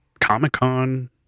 Comic-Con